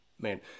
Man